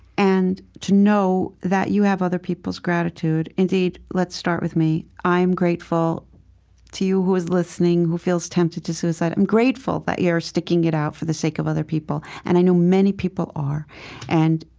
and to know that you have other people's gratitude. indeed, let's start with me. i'm grateful to you who is listening, who feels tempted to suicide. i'm grateful that you're sticking it out for the sake of other people. and i know many people are and,